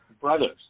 brothers